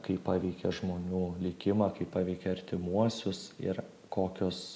kaip paveikia žmonių likimą kaip paveikia artimuosius ir kokios